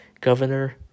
Governor